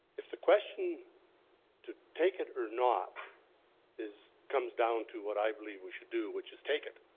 if the question to take it or not is comes down to what i believe we should do, which is take it,